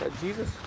Jesus